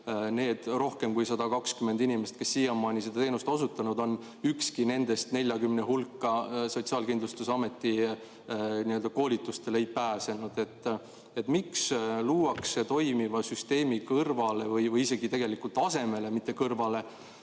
nendest rohkem kui 120 inimest, kes siiamaani seda teenust osutanud on, 40 hulka Sotsiaalkindlustusameti koolitustele ei pääsenud. Miks luuakse toimiva süsteemi kõrvale või tegelikult isegi asemele, mitte kõrvale,